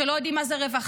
שלא יודעים מה זה רווחה,